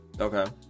okay